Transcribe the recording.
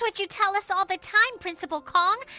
but you tell us all the time, principal kong!